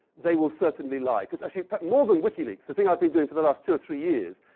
they will certainly lie. cause actually, but more than wikileaks, the thing i've been doing for the last two or three years,